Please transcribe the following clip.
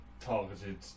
targeted